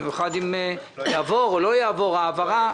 במיוחד אם תעבור או לא תעבור ההעברה.